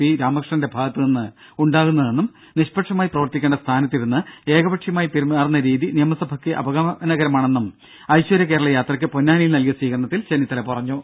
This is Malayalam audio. ശ്രീരാമകൃഷ്ണന്റെ ഭാഗത്തുനിന്ന് ഉണ്ടാകുന്നതെന്നും നിഷ്പക്ഷമായി പ്രവർത്തിക്കേണ്ട സ്ഥാനത്തിരുന്ന് ഏകപക്ഷീയമായി പെരുമാറുന്ന രീതി നിയമസഭയ്ക്ക് അപമാനകരമാണെന്നും ഐശ്വര്യ കേരളയാത്രയ്ക്ക് പൊന്നാനിയിൽ നൽകിയ സ്വീകരണത്തിൽ ചെന്നിത്തല പറഞ്ഞു